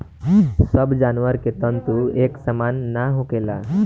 सब जानवर के तंतु एक सामान ना होखेला